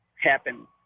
happen